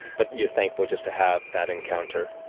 but you are thankful just to have that encounter.